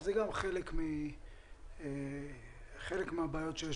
שזה גם חלק מהבעיות שיש.